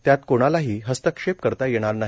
त्यात कोणालाही हस्तक्षेप करता येणार नाही